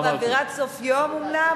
אנחנו באווירת סוף יום אומנם,